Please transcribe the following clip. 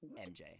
MJ